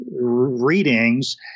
readings